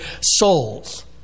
souls